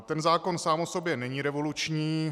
Ten zákon sám o sobě není revoluční.